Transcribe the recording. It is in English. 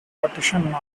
partition